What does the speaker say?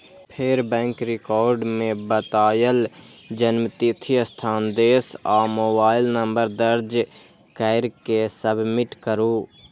फेर bank record मे बतायल जन्मतिथि, स्थान, देश आ मोबाइल नंबर दर्ज कैर के सबमिट करू